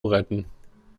retten